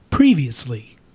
Previously